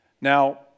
Now